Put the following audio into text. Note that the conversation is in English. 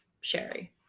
Sherry